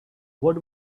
what